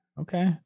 Okay